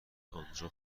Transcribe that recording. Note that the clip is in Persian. آنجا